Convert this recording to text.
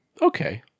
okay